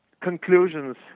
conclusions